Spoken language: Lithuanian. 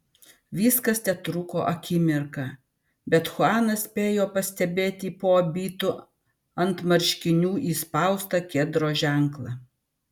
viskas tetruko akimirką bet chuanas spėjo pastebėti po abitu ant marškinių įspaustą kedro ženklą